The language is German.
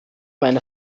meine